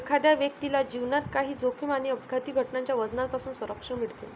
एखाद्या व्यक्तीला जीवनात काही जोखीम आणि अपघाती घटनांच्या वजनापासून संरक्षण मिळते